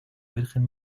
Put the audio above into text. virgen